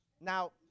Now